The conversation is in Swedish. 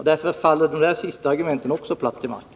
Därför faller de här senaste argumenten också platt till marken.